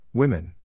Women